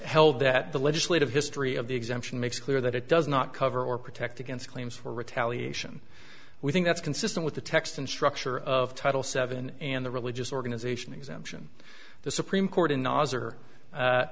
held that the legislative history of the exemption makes clear that it does not cover or protect against claims for retaliation we think that's consistent with the text and structure of title seven and the religious organization exemption the supreme court in